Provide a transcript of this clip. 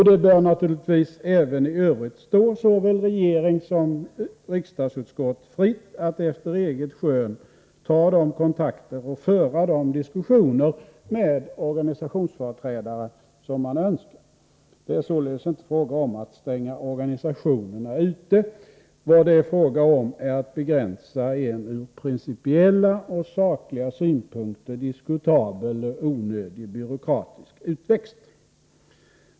Det bör naturligtvis även i övrigt stå såväl regering som riksdagsutskott fritt att efter eget skön ta de kontakter och föra de diskussioner med organisationsföreträdare som man önskar. Det är således inte fråga om att utestänga organisationerna. Vad det är fråga om är att begränsa en ur principiella och sakliga synpunkter diskutabel och onödig byråkratisk utväxt.